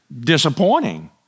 disappointing